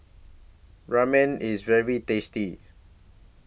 Ramen IS very tasty